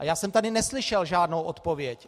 A já jsem tady neslyšel žádnou odpověď.